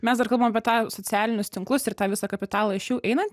mes dar kalbam apie tą socialinius tinklus ir tą visą kapitalą iš jų einant